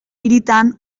hiritan